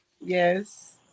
Yes